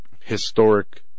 historic